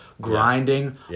grinding